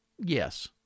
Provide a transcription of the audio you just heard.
Yes